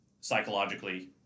psychologically